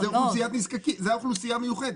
זאת האוכלוסייה המיוחדת.